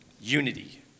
unity